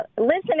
Listen